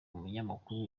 munyamakuru